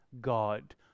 God